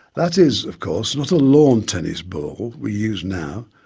that is of course not a lawn tennis ball we use now,